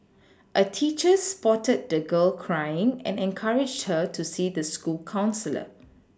a teacher spotted the girl crying and encouraged her to see the school counsellor